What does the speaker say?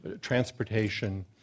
transportation